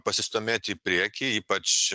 pasistūmėt į priekį ypač